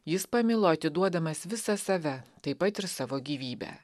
jis pamilo atiduodamas visą save taip pat ir savo gyvybę